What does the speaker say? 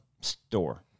store